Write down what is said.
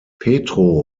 petro